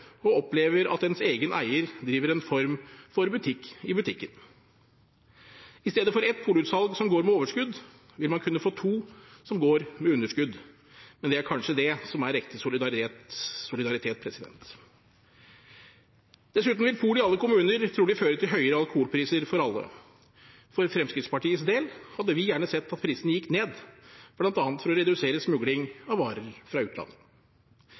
og opplever at ens egen eier driver en form for butikk i butikken. I stedet for ett polutsalg som går med overskudd, vil man kunne få to som går med underskudd. Men det er kanskje det som er ekte solidaritet. Dessuten vil pol i alle kommuner trolig føre til høyere alkoholpriser for alle. For Fremskrittspartiets del hadde vi gjerne sett at prisene gikk ned, bl.a. for å redusere smugling av varer fra utlandet.